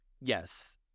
Yes